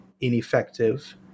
ineffective